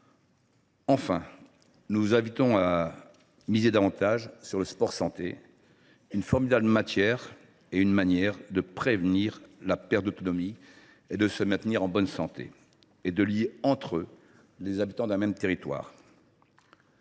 les pouvoirs publics à miser davantage sur le sport santé, une formidable manière de prévenir la perte d’autonomie, de se maintenir en bonne santé et de lier entre eux les habitants d’un même territoire.